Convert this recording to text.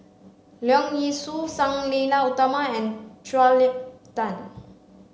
Leong Yee Soo Sang Nila Utama and Julia Tan